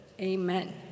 amen